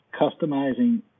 customizing